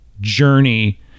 journey